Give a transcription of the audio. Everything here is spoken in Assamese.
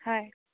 হয়